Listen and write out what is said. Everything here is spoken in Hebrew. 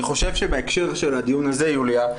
אני חושב שבהקשר של הדיון הזה יוליה,